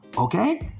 Okay